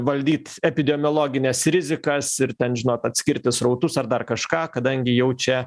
valdyt epidemiologines rizikas ir ten žinot atskirti srautus ar dar kažką kadangi jau čia